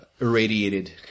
irradiated